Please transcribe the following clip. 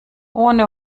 ohne